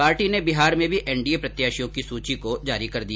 party ने बिहार में भी एनडीए प्रत्याशियों की सूची को जारी कर दिया